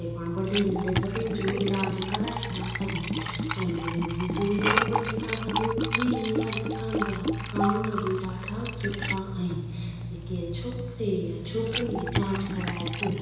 उते पाण वॾे नंढे सभिनी जो इलाजु कराए था सघूं ऐं मोलनि जी सुविधा बि वठी था सघूं ऐं राजस्थान जा कानून बि ॾाढा सुठा आहिनि केर छोकिरे या छोकिरे जी जांच कराए थो